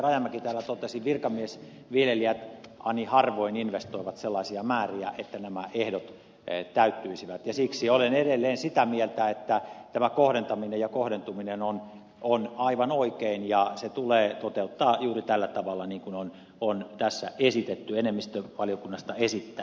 rajamäki täällä totesi virkamiesviljelijät ani harvoin investoivat sellaisia määriä että nämä ehdot täyttyisivät ja siksi olen edelleen sitä mieltä että tämä kohdentaminen ja kohdentuminen on aivan oikein ja se tulee toteuttaa juuri tällä tavalla niin kuin tässä enemmistö valiokunnasta esittää